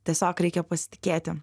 tiesiog reikia pasitikėti